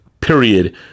period